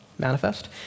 manifest